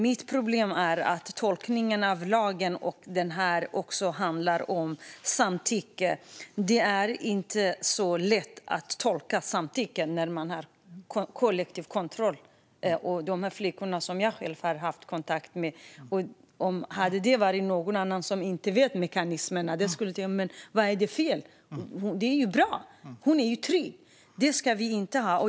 Mitt problem är att tolkningen av lagen handlar om samtycke. Det är inte så lätt att tolka om det finns samtycke när man har kollektiv kontroll. Det handlar om de flickor som jag själv har varit i kontakt med. Om det hade varit någon annan som inte känt till mekanismerna skulle de säga: Vad är det för fel med det? Det är ju bra. Hon är ju trygg. Det ska vi inte ha.